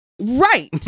right